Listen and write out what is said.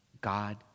God